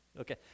Okay